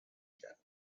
کرد